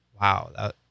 wow